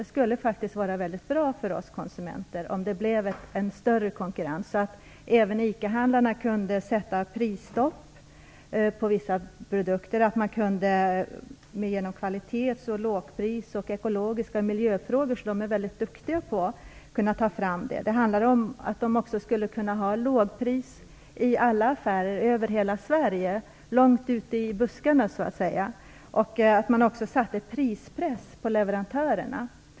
Det skulle vara väldigt bra för oss konsumenter om det blev större konkurrens, så att även ICA-handlarna kunde sätta prisstopp på vissa produkter och hålla varor med kvalitet, till lågpris och som är ekologiska och miljövänliga - de är nämligen duktiga på miljöfrågor. Det handlar också om att de skulle kunna ha lågpris i alla affärer över hela Sverige, långt ute "i buskarna", och sätta prispress på leverantörerna.